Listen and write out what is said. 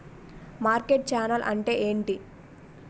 Market channel అంటే ఏంటి?